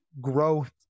growth